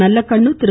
Nallakannu Thiru